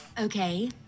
Okay